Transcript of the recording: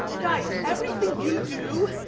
guys, everything you do,